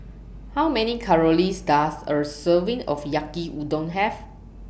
How Many Calories Does A Serving of Yaki Udon Have